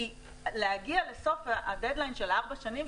כי להגיע לסוף ה- deadline של הארבע שנים,